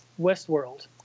Westworld